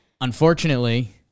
Unfortunately